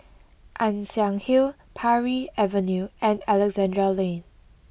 Ann Siang Hill Parry Avenue and Alexandra Lane